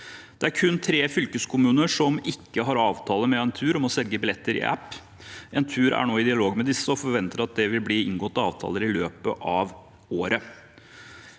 Det er kun tre fylkeskommuner som ikke har avtale med Entur om å selge billetter i appen. Entur er nå i dialog med disse og forventer at det vil bli inngått avtaler i løpet av året.